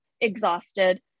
exhausted